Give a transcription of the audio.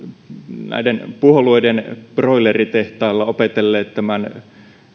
näiden puolueiden broileritehtailla opetelleet tämän